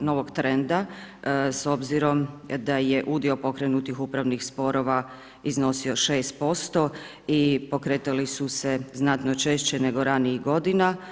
novog trenda s obzirom da je udio pokrenutih upravnih sporova iznosio 6% i pokretali su se znatno češće nego ranijih godina.